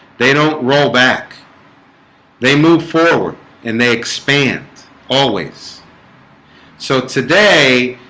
they don't roll back they move forward and they expand always so today